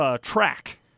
track